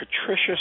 Patricia